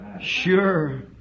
Sure